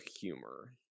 humor